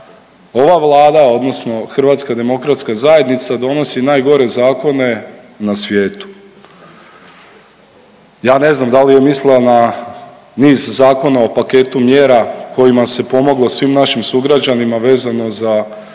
ova Vlada odnosno HDZ donosi najgore zakone na svijetu. Ja ne znam da li je mislila na niz zakona o paketu mjera kojima se pomoglo svim našim sugrađanima vezano za